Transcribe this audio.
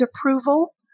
approval